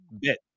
bit